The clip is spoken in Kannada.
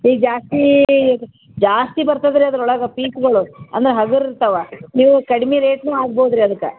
ಈಗ ಜಾಸ್ತಿ ಜಾಸ್ತಿ ಬರ್ತದೆ ರೀ ಅದ್ರೊಳಗೆ ಪೀಸ್ಗಳು ಅಂದ್ರೆ ಹಗುರ ಇರ್ತವೆ ನೀವು ಕಡ್ಮೆ ರೇಟ್ನೂ ಆಗ್ಬೋದು ರೀ ಅದ್ಕೆ